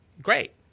Great